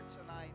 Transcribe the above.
tonight